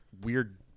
weird